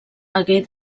hagué